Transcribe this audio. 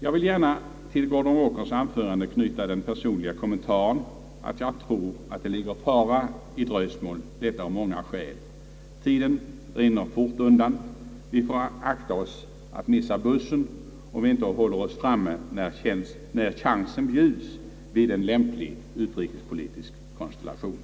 Till Gordon Walkers anförande vill jag gärna knyta den personliga kommentaren, att jag tror att det ligger fara i dröjsmål och detta av många skäl. Tiden rinner fort undan. Vi får akta oss att missa bussen; vi måste hålla oss framme när chansen bjuds vid en lämplig utrikespolitisk konstellation.